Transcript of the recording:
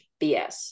BS